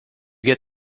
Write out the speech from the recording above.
get